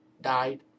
died